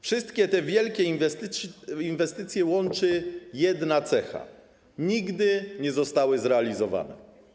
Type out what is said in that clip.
Wszystkie te wielkie inwestycje łączy jedna cecha: nigdy nie zostały zrealizowane.